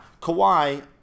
Kawhi